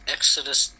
Exodus